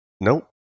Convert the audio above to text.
Nope